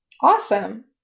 Awesome